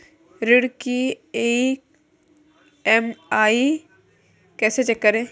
ऋण की ई.एम.आई कैसे चेक करें?